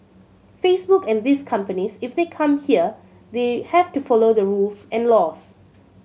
Facebook and these companies if they come here they have to follow the rules and laws